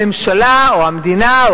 הממשלה או המדינה,